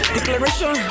Declaration